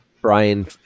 Brian